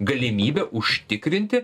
galimybę užtikrinti